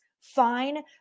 fine